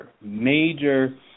major